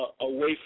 away